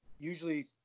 usually